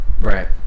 right